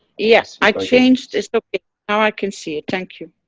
yeah, i changed it's okay. now i can see it thank you.